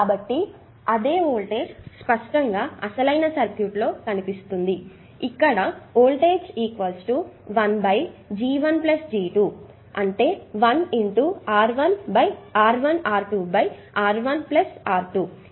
కాబట్టి అదే వోల్టేజ్ స్పష్టంగా అసలయిన సర్క్యూట్లో కనిపిస్తుందిఇక్కడ వోల్టేజ్ I G1 G2 ఇది I RR2 R1 R2